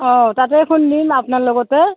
অ তাতে খুন্দিম আপোনাৰ লগতে